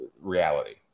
reality